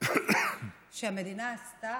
שהמדינה עשתה,